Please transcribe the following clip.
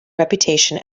reputation